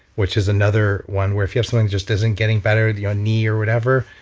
which is another one where if you have something that just isn't getting better, your knee or whatever,